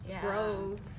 gross